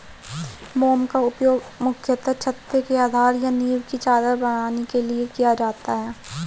मोम का उपयोग मुख्यतः छत्ते के आधार या नीव की चादर बनाने के लिए किया जाता है